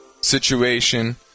situation